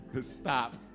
stop